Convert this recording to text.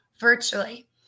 virtually